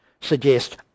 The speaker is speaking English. suggest